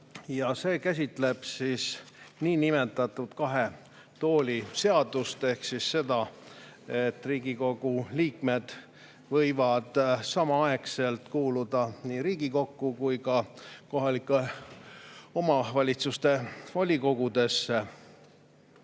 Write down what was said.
See käsitleb niinimetatud kahe tooli seadust ehk seda, et Riigikogu liikmed võivad samaaegselt kuuluda nii Riigikokku kui ka kohaliku omavalitsuse volikogusse.